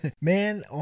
Man